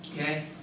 Okay